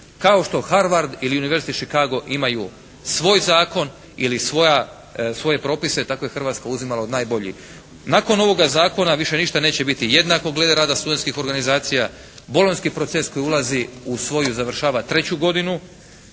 Kao što Harvard ili University Chicago imaju svoj zakon ili svoje propise, tako i Hrvatska uzima od najboljih. Nakon ovoga zakona više ništa neće biti jednak glede rada studentskih organizacija. Bolonjski proces koji ulazi u svoju, završava treću godinu,